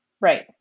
Right